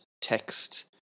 text